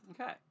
Okay